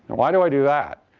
why do i do that?